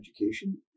education